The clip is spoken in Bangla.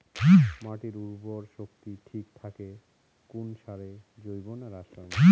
মাটির উর্বর শক্তি ঠিক থাকে কোন সারে জৈব না রাসায়নিক?